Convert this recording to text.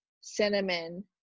cinnamon